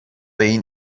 این